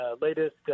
latest